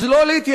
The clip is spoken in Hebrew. אז לא להתייאש.